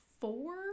four